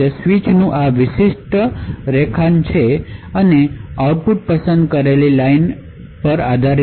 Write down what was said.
switch નું આ વિશિષ્ટ રૂપરેખાંકન આપવામાં આવ્યું છે જેથી આઉટપુટ પસંદ કરેલી લાઇન પર આધારિત હશે